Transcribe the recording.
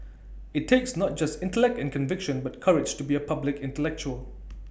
IT takes not just intellect and conviction but courage to be A public intellectual